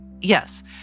Yes